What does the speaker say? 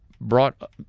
brought